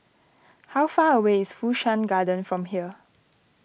how far away is Fu Shan Garden from here